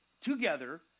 together